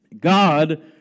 God